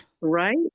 Right